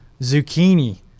zucchini